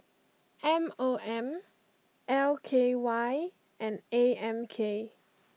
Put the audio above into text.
M O M L K Y and A M K